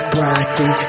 Broccoli